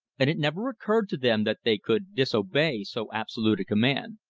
and it never occurred to them that they could disobey so absolute a command.